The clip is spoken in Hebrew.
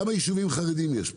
כמה ישובים חרדים יש פה?